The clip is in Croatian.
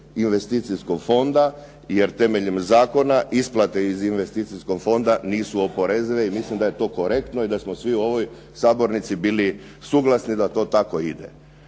investicijskog fonda, jer temeljem zakona isplate iz investicijskog fonda nisu oporezive i mislim da je to korektno i da smo svi u ovoj sabornici bili suglasni da to tako ide.